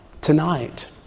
tonight